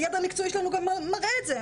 הידע המקצועי שלנו גם מאוד מראה את זה.